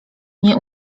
nie